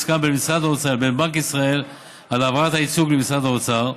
הוסכם בין משרד האוצר לבין בנק ישראל על העברת הייצוג למשרד האוצר.